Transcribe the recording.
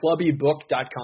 clubbybook.com